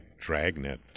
Dragnet